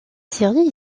série